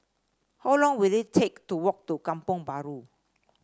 how long will it take to walk to Kampong Bahru